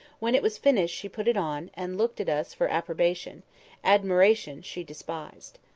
when it was finished she put it on, and looked at us for approbation admiration she despised.